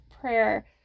prayer